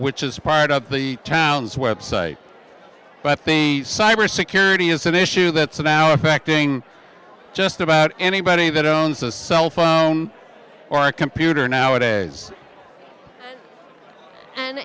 which is part of the town's website but cyber security is an issue that's now affecting just about anybody that owns a cell phone or a computer nowadays and